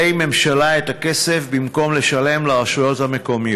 ממשלה את הכסף במקום לשלם לרשויות המקומיות.